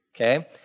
okay